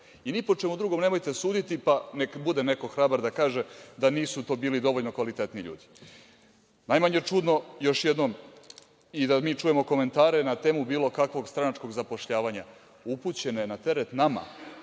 I ni po čemu drugom nemojte suditi. Pa, neka bude neko hrabar da kaže da nisu to bili dovoljno kvalitetni ljudi. Još jednom, najmanje čudno da mi čujemo komentare na temu bilo kakvog stranačkog zapošljavanja upućene na teret nama,